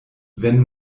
wenn